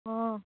অঁ